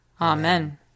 Amen